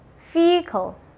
Vehicle